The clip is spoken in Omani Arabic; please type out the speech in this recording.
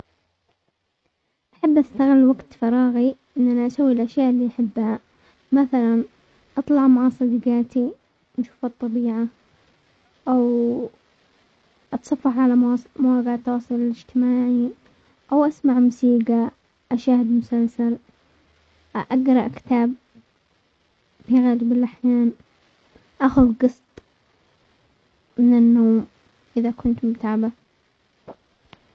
احب استغل وقت فراغي ان انا اسوي الاشياء اللي احبها، مثلا اطلع مع صديقاتي نشوف الطبيعة، او اتصفح على مواقع التواصل الاجتماعي، او اسمع موسيقى اشاهد مسلسل، اقرا كتاب، في اغلب الاحيان اخذ قسط من النوم اذا كنت متعبة.